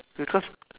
because